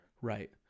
Right